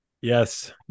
Yes